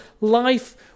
life